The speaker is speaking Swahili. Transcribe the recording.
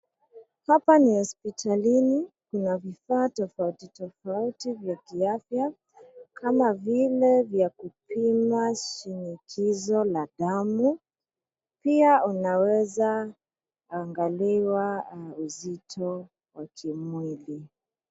Hapa ni hospitalini. Kuna vifaa tofauti tofauti vya kiafya, kama vile vya kupima shinikizo la damu pia unaweza angaliwa uzito wa kimwili.